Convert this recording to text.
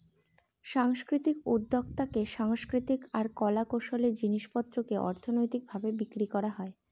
সাংস্কৃতিক উদ্যক্তাতে সাংস্কৃতিক আর কলা কৌশলের জিনিস পত্রকে অর্থনৈতিক ভাবে বিক্রি করা হয়